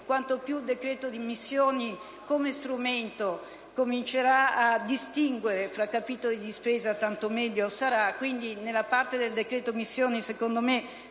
quanto più il decreto sulle missioni, come strumento, comincerà a distinguere tra capitoli di spesa tanto meglio sarà. Quindi, nella parte del decreto missioni, secondo me,